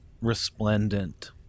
resplendent